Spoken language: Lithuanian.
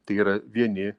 tai yra vieni